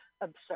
absurd